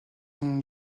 seconde